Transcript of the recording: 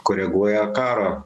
koreguoja karo